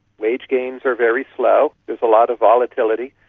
wage gains are very slow, there's a lot of volatility,